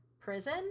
prison